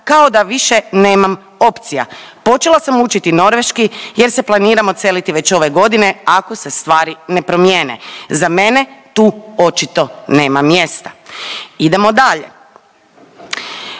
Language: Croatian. kao da više nemam opcija. Počela sam učiti norveški jer se planiram odseliti već ove godine ako se stvari ne promijene. Za mene tu očito nema mjesta. Idemo dalje,